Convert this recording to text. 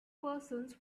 persons